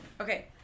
okay